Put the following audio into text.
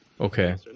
Okay